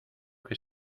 que